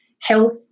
health